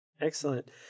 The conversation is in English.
excellent